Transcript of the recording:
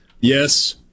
Yes